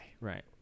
right